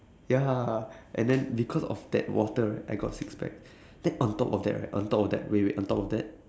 ya and then because of that water right I got six pack then on top of that right on top of that wait wait on top of that